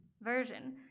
version